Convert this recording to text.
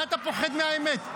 מה אתה פוחד מהאמת?